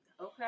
Okay